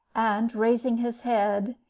and, raising his head,